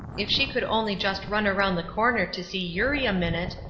if she could only just run around the corner to see eurie a minute,